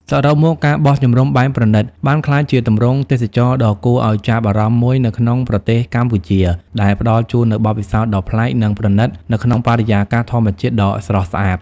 សរុបមក ការបោះជំរំបែបប្រណីត បានក្លាយជាទម្រង់ទេសចរណ៍ដ៏គួរឲ្យចាប់អារម្មណ៍មួយនៅក្នុងប្រទេសកម្ពុជា ដែលផ្តល់ជូននូវបទពិសោធន៍ដ៏ប្លែក និងប្រណីតនៅក្នុងបរិយាកាសធម្មជាតិដ៏ស្រស់ស្អាត។